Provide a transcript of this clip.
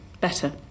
better